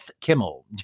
Kimmel